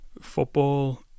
football